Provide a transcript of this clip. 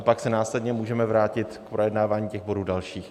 Pak se následně můžeme vrátit k projednávání bodů dalších.